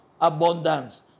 abundance